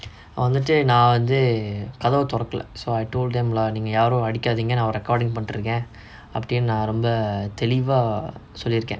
வந்துட்டு நா வந்து கதவ தொறக்கல:vanthuttu naa vanthu kathava thorakkala so I told them lah நீங்க யாரோ அடிக்காதீங்க நா:neenga yaaro adikaatheenga naa recording பண்ணிட்டு இருக்க அப்புடிண்டு நா ரொம்ப தெளிவா சொல்லிருக்க:pannittu irukka appudindu naa romba thelivaa sollirukka